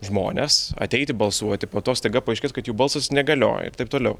žmones ateiti balsuoti po to staiga paaiškės kad jų balsas negalioja ir taip toliau